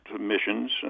missions